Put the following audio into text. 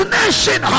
nation